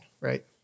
right